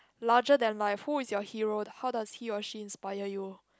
larger than life who is your hero how does he or she inspire you